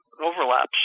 overlaps